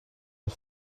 een